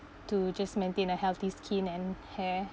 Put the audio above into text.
to just maintain a healthy skin and hair